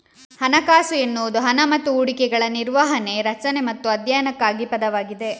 ಹಣಕಾಸು ಎನ್ನುವುದು ಹಣ ಮತ್ತು ಹೂಡಿಕೆಗಳ ನಿರ್ವಹಣೆ, ರಚನೆ ಮತ್ತು ಅಧ್ಯಯನಕ್ಕಾಗಿ ಪದವಾಗಿದೆ